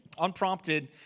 unprompted